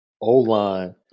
O-line